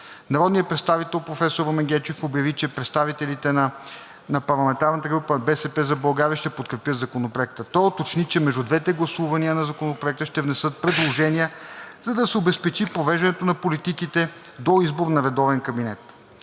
Народният представител професор Румен Гечев обяви, че представителите на парламентарната група на „БСП за България“ ще подкрепят Законопроекта. Той уточни, че между двете гласувания на Законопроекта ще внесат предложения, за да се обезпечи провеждането на политиките до избор на редовен кабинет.